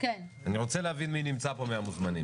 אני רוצה להבין מי נמצא פה מהמוזמנים.